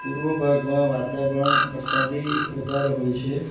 પૂર્વ ભાગમાં વાતાવરણ વરસાદી વધારે હોય છે